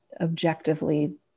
objectively